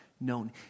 known